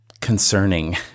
concerning